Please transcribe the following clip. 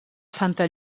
santa